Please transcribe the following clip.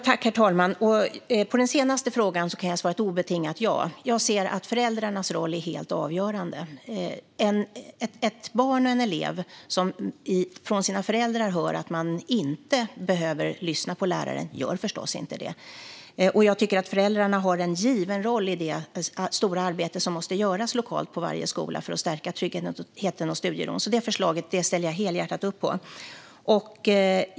Herr talman! På den senaste frågan kan jag svara ett obetingat ja. Jag ser att föräldrarnas roll är helt avgörande. Ett barn - en elev - som från sina föräldrar hör att man inte behöver lyssna på läraren gör förstås inte det. Jag tycker att föräldrarna har en given roll i det stora arbete som måste göras lokalt på varje skola för att stärka tryggheten och studieron, så det förslaget ställer jag helhjärtat upp på.